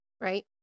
Right